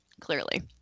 clearly